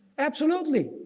absolutely!